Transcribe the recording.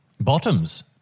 Bottoms